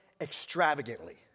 extravagantly